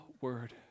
word